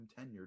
tenured